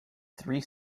three